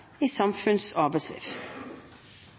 i samfunns- og arbeidsliv.